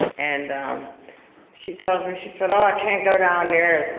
and she tells me, she said, oh i can't go down there.